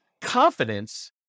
confidence